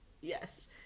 Yes